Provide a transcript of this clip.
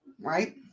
Right